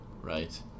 right